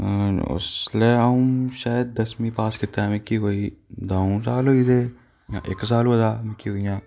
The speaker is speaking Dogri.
उसलै अ'ऊं शायद दसमीं पास कीते दे मिगी कोई द'ऊं साल होई दे जां इक साल होआ दा मिगी इ'यां